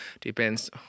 depends